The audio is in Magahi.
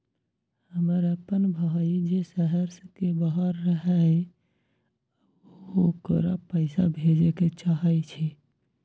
हमर अपन भाई जे शहर के बाहर रहई अ ओकरा पइसा भेजे के चाहई छी